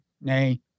nay